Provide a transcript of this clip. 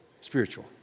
spiritual